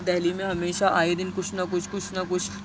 دہلی میں ہمیشہ آئے دن کچھ نہ کچھ